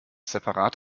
separat